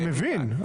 אני מבין.